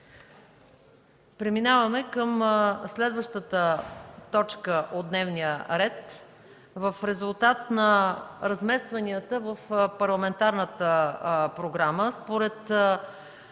Преминаваме към следващата точка от дневния ред. В резултат на разместванията в парламентарната програма според